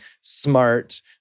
smart